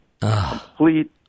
Complete